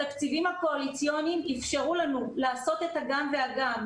התקציבים הקואליציוניים אפשרו לנו לעשות את הגם והגם.